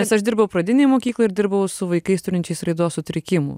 nes aš dirbau pradinėj mokykloj ir dirbau su vaikais turinčiais raidos sutrikimų